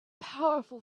powerful